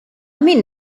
min